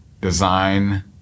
design